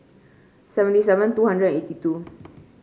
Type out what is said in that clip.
seventy seven two hundred eighty two